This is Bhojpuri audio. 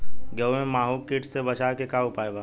गेहूँ में माहुं किट से बचाव के का उपाय बा?